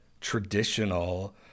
traditional